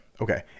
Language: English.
Okay